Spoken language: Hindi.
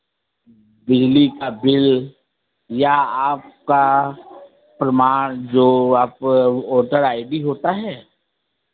बिजली का बिल या आपका प्रमाण जो आप वोटर आई डी होता है